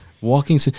Walking